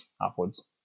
upwards